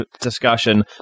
discussion